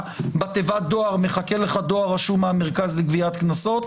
בתיבת דואר: מחכה לך דואר רשום מהמרכז לגביית קנסות.